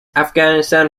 afghanistan